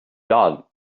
done